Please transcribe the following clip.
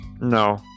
No